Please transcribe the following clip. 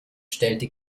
stellte